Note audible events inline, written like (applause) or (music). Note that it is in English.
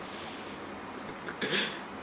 (laughs)